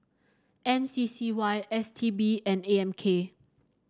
M C C Y S T B and A M K